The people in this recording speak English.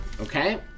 Okay